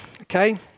Okay